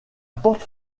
porte